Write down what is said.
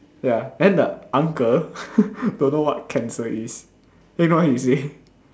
ya then the uncle don't know what cancer is then you know what he say